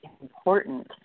important